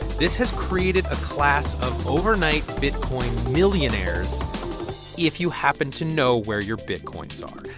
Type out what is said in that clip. this has created a class of overnight bitcoin millionaires if you happen to know where your bitcoins are.